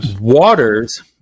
Waters